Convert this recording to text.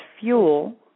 fuel